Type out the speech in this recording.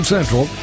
Central